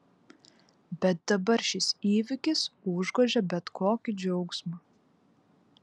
bet dabar šis įvykis užgožia bet kokį džiaugsmą